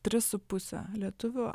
tris su puse lietuvių